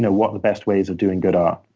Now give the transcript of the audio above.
what the best ways of doing good are.